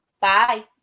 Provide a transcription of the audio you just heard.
Bye